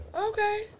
Okay